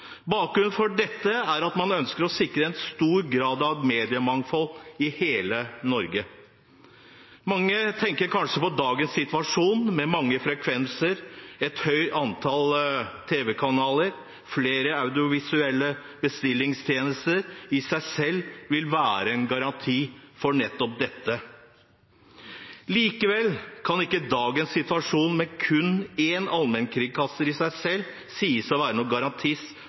Bakgrunnen for dette er at man ønsker å sikre en stor grad av mediemangfold i hele Norge. Mange tenker kanskje at dagens situasjon med mange frekvenser, et høyt antall tv-kanaler og flere audiovisuelle bestillingstjenester i seg selv vil være en garanti for nettopp dette. Likevel kan ikke dagens situasjon, med kun én allmennkringkaster, i seg selv sies å være